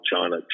China